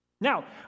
Now